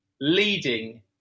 leading